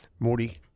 Morty